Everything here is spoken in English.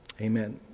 amen